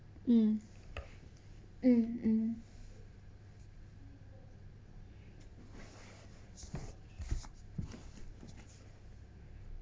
mm mm mm